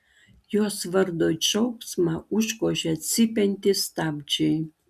jos vardo šauksmą užgožia cypiantys stabdžiai